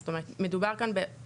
זאת אומרת, מדובר כאן בקביעת